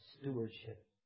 Stewardship